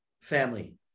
family